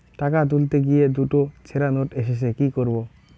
টাকা তুলতে গিয়ে দুটো ছেড়া নোট এসেছে কি করবো?